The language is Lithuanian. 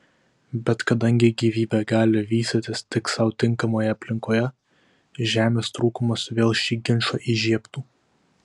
bet kadangi gyvybė gali vystytis tik sau tinkamoje aplinkoje žemės trūkumas vėl šį ginčą įžiebtų